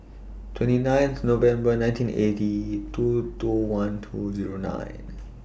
twenty ninth November nineteen eighty two two one two Zero nine